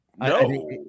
No